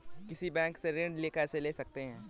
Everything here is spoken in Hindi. किसी बैंक से ऋण कैसे ले सकते हैं?